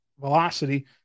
velocity